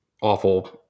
awful